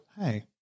Hey